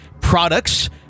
products